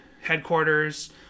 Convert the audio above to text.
headquarters